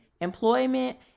employment